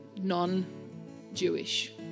non-Jewish